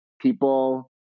people